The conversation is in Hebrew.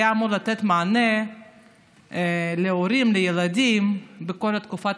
דבר שהיה אמור לתת מענה להורים לילדים בכל תקופת